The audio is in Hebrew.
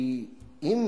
כי אם